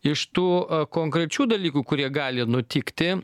iš tų konkrečių dalykų kurie gali nutikti